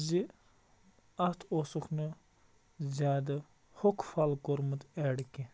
زِ اَتھ اوسُکھ نہٕ زیادٕ ہوٚکھ پھَل کوٚرمُت اٮ۪ڈ کیٚنٛہہ